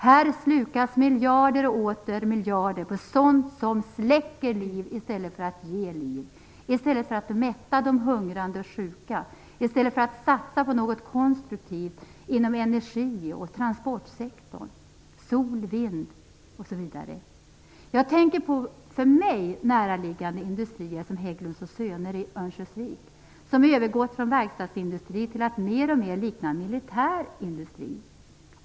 Här slukas miljarder och åter miljarder på sådant som släcker liv i stället för att ge liv, i stället för att mätta de hungrande och sjuka, i stället för att satsa på något konstruktivt inom energi och transportsektorn, som sol och vindkraft osv. Jag tänker på för mig näraliggande industrier, som Hägglunds och Söner i Örnsköldsvik, som övergått från verkstadsindustri till att mer och mer likna en militär industri.